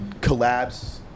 collabs